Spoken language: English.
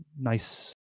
Nice